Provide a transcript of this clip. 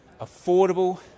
Affordable